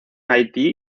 haití